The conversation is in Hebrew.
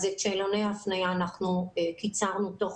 את שאלוני ההפניה אנחנו קיצרנו תוך